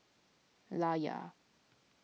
Layar